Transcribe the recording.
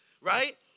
right